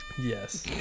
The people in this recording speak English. Yes